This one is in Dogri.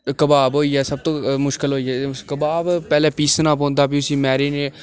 कबाब होई गेआ सब तू मुश्कल होई गेआ कबाब पैह्ले पीसना पौंदा फ्ही उसी मैरीनेट